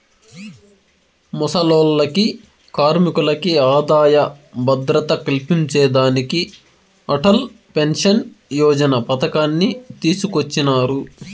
ముసలోల్లకి, కార్మికులకి ఆదాయ భద్రత కల్పించేదానికి అటల్ పెన్సన్ యోజన పతకాన్ని తీసుకొచ్చినారు